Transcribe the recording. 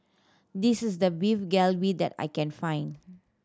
this is the Beef Galbi that I can find